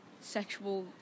sexual